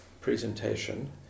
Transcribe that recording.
presentation